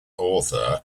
author